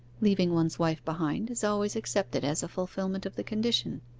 leaving one's wife behind is always accepted as a fulfilment of the condition,